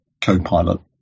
Copilot